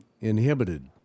inhibited